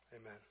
Amen